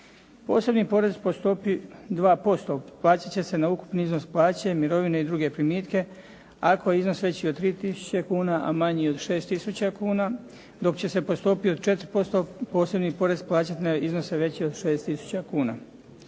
Posebni porez po stopi 2% plaćat će se na ukupni iznos plaće, mirovine i druge primitke ako je iznos veći od 3000 kuna, a manji od 6000 kuna, dok će se po stopi od 4% posebni porez plaćati na iznose veće od 6000 kuna.